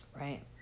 right